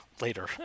later